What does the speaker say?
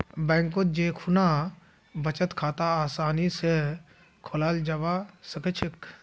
बैंकत जै खुना बचत खाता आसानी स खोलाल जाबा सखछेक